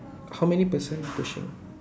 how many person pushing